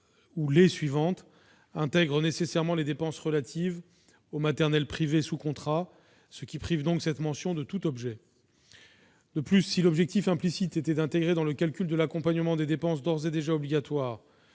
années suivantes, intègre nécessairement les dépenses relatives aux maternelles privées sous contrat, ce qui prive cette mention de tout objet. De plus, si l'objectif implicite était d'intégrer dans le calcul de l'accompagnement des dépenses d'ores et déjà obligatoires,